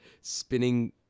spinning